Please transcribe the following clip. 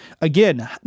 Again